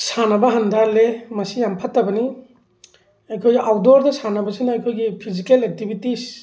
ꯁꯥꯟꯅꯕ ꯍꯟꯊꯍꯜꯂꯤ ꯃꯁꯤ ꯌꯥꯝ ꯐꯠꯇꯕꯅꯤ ꯑꯩꯈꯣꯏ ꯑꯥꯏꯠꯗꯣꯔꯗ ꯁꯥꯟꯅꯕꯁꯤꯅ ꯑꯩꯈꯣꯏꯒꯤ ꯐꯤꯖꯤꯀꯦꯜ ꯑꯦꯛꯇꯤꯚꯤꯇꯤꯁ